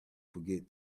forget